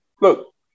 look